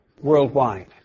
worldwide